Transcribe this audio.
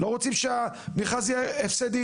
לא רוצים שהמכרז יהיה הפסדי.